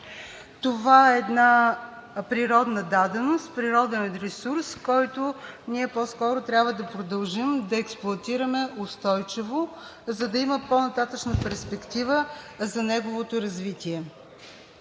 Това е една природна даденост, природен ресурс, който ние по-скоро трябва да продължим да експлоатираме устойчиво, за да има по-нататъшна перспектива за неговото развитие.